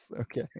Okay